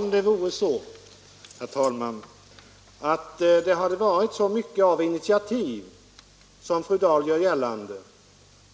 Herr talman! Hade så omfattande initiativ tagits som fru Dahl gör gällande